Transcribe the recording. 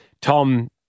Tom